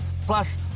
Plus